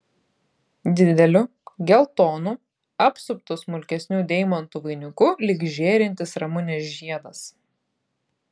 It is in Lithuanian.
dideliu geltonu apsuptu smulkesnių deimantų vainiku lyg žėrintis ramunės žiedas